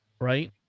right